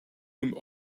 him